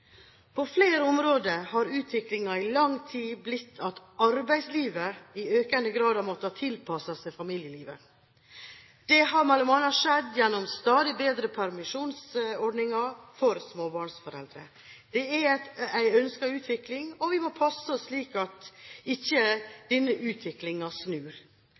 På flere områder har utviklingen i lang tid vært at arbeidslivet i økende grad har måttet tilpasse seg familielivet. Det har bl.a. skjedd gjennom stadig bedre permisjonsordninger for småbarnsforeldre. Det er en ønsket utvikling, og vi må passe oss slik at denne utviklingen ikke snur.